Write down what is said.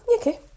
okay